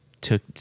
took